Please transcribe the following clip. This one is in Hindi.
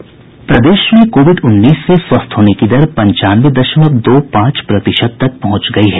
प्रदेश में कोविड उन्नीस से स्वस्थ होने की दर पन्चानवे दशमलव दो पांच प्रतिशत तक पहुंच गई है